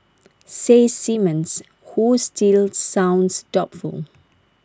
says Simmons who still sounds doubtful